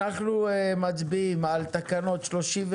אנחנו מצביעים על תקנות 32,